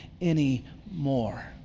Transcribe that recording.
anymore